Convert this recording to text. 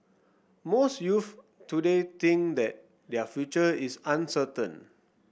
most youths today think that their future is uncertain